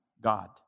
God